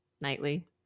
Nightly